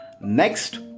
next